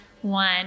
one